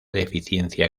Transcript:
deficiencia